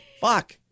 Fuck